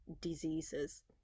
diseases